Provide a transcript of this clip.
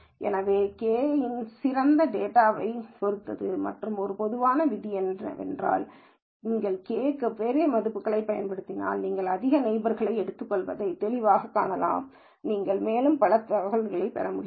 எனவே k இன் சிறந்த தேர்வு டேட்டாவைப் பொறுத்தது மற்றும் ஒரு பொதுவான விதி என்னவென்றால் நீங்கள் k க்கு பெரிய மதிப்புகளைப் பயன்படுத்தினால் நீங்கள் அதிக நெய்பர்ஸ்களை எடுத்துக்கொள்வதை தெளிவாகக் காணலாம் எனவே நீங்கள் மேலும் பல தகவல்களைப் பெறமுடிகிறது